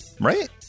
right